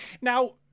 Now